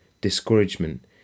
discouragement